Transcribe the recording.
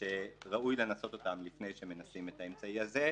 שראוי לנסות אותם לפני שמנסים את האמצעי הזה,